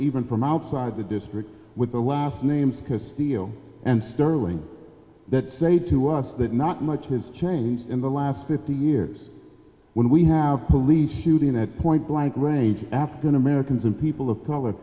even from outside the district with the last name because steel and sterling that say to us that not much has changed in the last fifty years when we have police shooting at point blank range african americans and people of color